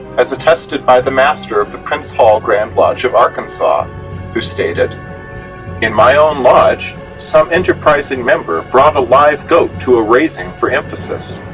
as attested by the master of the prince hall grand lodge of arkansas who stated in my own lodge some enterprising member brought a live goat to a raising for emphasis,